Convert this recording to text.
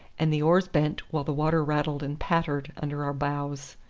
and the oars bent, while the water rattled and pattered under our bows.